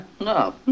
No